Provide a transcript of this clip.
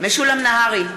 משולם נהרי,